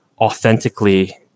authentically